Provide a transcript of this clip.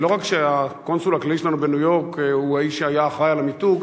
לא רק שהקונסול הכללי שלנו בניו-יורק הוא האיש שהיה אחראי על המיתוג,